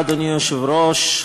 אדוני היושב-ראש,